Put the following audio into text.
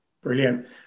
Brilliant